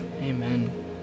Amen